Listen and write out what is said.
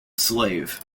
slave